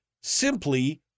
simply